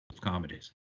comedies